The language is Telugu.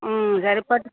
సరిపోతుంది